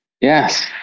yes